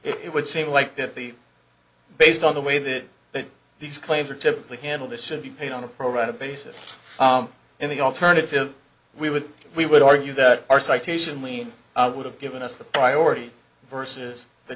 it would seem like that the based on the way that these claims are typically handled it should be paid on a program of basis in the alternative we would we would argue that our citation lean would have given us the priority versus the